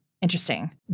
interesting